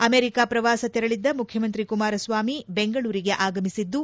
America ಪ್ರವಾಸ ತೆರಳಿದ್ದ ಮುಖ್ಯಮಂತ್ರಿ ಕುಮಾರ ಸ್ವಾಮಿ ಬೆಂಗಳೂರಿಗೆ ಆಗಮಿಸಿದ್ದು